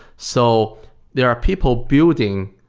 so there are people building,